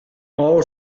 all